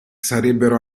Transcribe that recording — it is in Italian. sarebbero